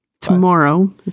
Tomorrow